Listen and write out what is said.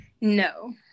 no